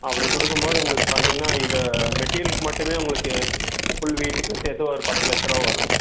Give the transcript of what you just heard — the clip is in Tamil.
அப்படி கொடுக்கும் போது உங்களுக்கு பார்த்திங்கன்னா இதை மெட்டிரியலுக்கு மட்டுமே உங்களுக்கு ஃபுல் வீட்டுக்கும் சேர்த்தும் ஒரு பத்து லட்ச ரூபா வருங்க